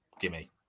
Gimme